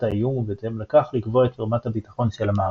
האיום ובהתאם לכך לקבוע את רמת הביטחון של המערכת.